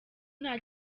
nta